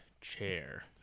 chair